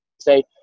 say